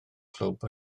clwb